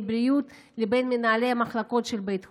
בריאות לבין מנהלי המחלקות של בית החולים.